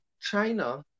China